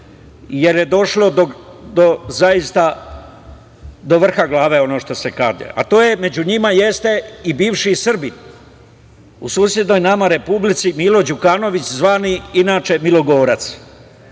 jer je došlo do zaista do vrha glave, kako se kaže. Među njima jeste i bivši Srbin, u susednoj nama republici Milo Đukanović zvani inače „milogorac“.